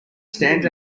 stands